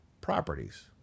properties